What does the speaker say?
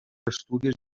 estudis